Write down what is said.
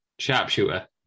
Sharpshooter